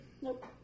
Nope